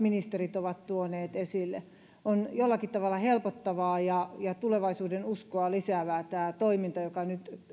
ministerimme ovat tuoneet esille on jollakin tavalla helpottavaa ja ja tulevaisuudenuskoa lisäävää tämä toiminta joka nyt